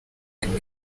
harimo